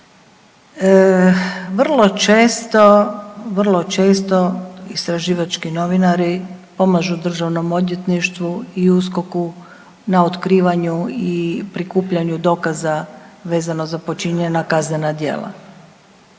vrlo često istraživački novinari pomažu DORH-u i USKOK-u na otkrivanju i prikupljanju dokaza vezano za počinjena kaznena djela.